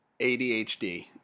ADHD